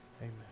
Amen